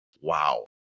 wow